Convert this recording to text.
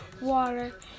water